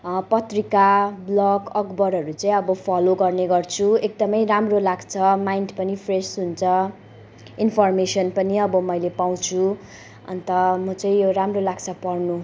पत्रिका ब्लग अखबारहरू चाहिँ अब फलो गर्ने गर्छु एकदमै राम्रो लाग्छ माइन्ड पनि फ्रेस हुन्छ इन्फोर्मेसन पनि अब मैले पाउँछु अन्त म चाहिँ यो राम्रो लाग्छ पढ्नु